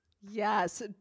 yes